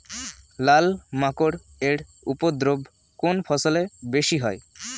লাল মাকড় এর উপদ্রব কোন ফসলে বেশি হয়?